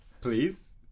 Please